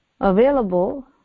available